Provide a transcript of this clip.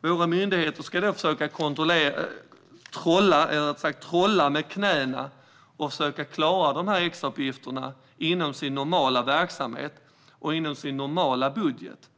Våra myndigheter ska då trolla med knäna och försöka klara extrauppgifterna inom sin normala verksamhet och budget.